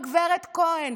הגב' כהן?